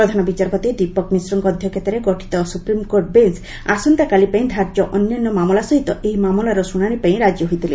ପ୍ରଧାନ ବିଚାରପତି ଦୀପକ ମିଶ୍ରଙ୍କ ଅଧ୍ୟକ୍ଷତାରେ ଗଠିତ ସୁପ୍ରିମ୍କୋର୍ଟ ବେଞ୍ଚ୍ ଆସନ୍ତାକାଲିପାଇଁ ଧାର୍ଯ୍ୟ ଅନ୍ୟାନ୍ୟ ମାମଲା ସହିତ ଏହି ମାମଲାର ଶୁଣାଣିପାଇଁ ରାଜି ହୋଇଥିଲେ